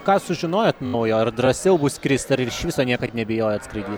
ką sužinojot naujo ar drąsiau bus skrist ar ir iš viso niekad nebijojot skraidyt